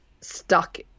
stuck